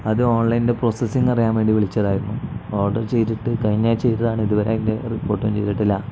അത് ഓൺലൈൻ്റെ പ്രോസസ്സിംഗ് അറിയാൻ വേണ്ടി വിളിച്ചതായിരുന്നു ഓർഡർ ചെയ്തിട്ട് കഴിഞ്ഞ ആഴ്ച്ച ചെയ്തതാണ് ഇതുവരെ ഇതിന്റെ റിപ്പോട്ടന്നും ചെയ്തിട്ടില്ല